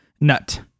nut